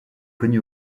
connue